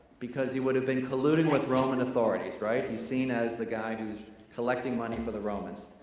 because he would have been colluding with roman authorities, right? he's seen as the guy who's collecting money for the romans.